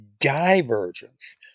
divergence